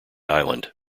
island